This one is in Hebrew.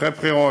אחרי בחירות,